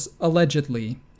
allegedly